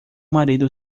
marido